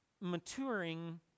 maturing